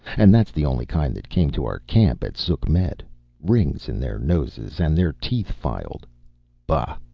and that's the only kind that came to our camp at sukhmet rings in their noses and their teeth filed bah!